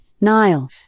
Nile